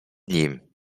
nim